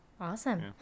Awesome